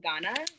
Ghana